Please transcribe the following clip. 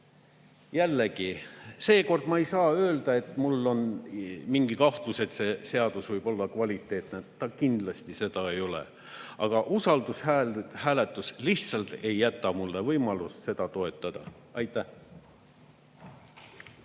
Jällegi, seekord ma ei saa öelda, et mul on mingi kahtlus, et see seadus võib olla kvaliteetne. Ta kindlasti seda ei ole, aga usaldushääletus lihtsalt ei jäta mulle võimalust seda toetada. Aitäh!